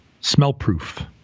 smell-proof